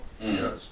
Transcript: Yes